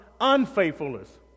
unfaithfulness